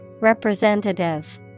Representative